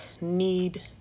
need